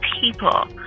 people